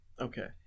Okay